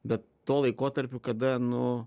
bet tuo laikotarpiu kada nu